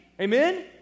Amen